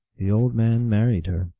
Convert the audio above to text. the old man married her,